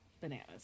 bananas